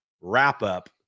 wrap-up